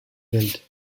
built